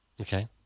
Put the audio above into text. Okay